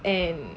and